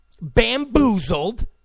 bamboozled